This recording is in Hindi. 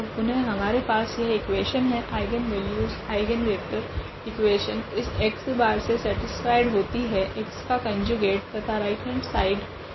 तो पुनः हमारे पास यह इक्वेशन है आइगनवेल्यूस आइगनवेक्टर इक्वेशन इस 𝑥̅ से सेटीस्फायड होती है x का कोंजुगेट तथा राइट हेंड साइड 𝜆̅ 𝑥̅ होगी